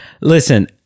Listen